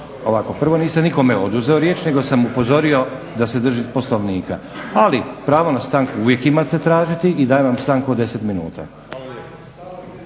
Ovako. Prvo, nisam nikome oduzeo riječ nego sam upozorio da se drži Poslovnika, ali pravo na stanku uvijek imate tražiti i dajem vam stanku od 10 minuta.